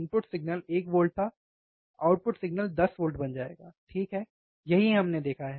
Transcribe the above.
input signal 1 volt था output signal 10 volt बन जाएगा ठीक है यही हमने देखा है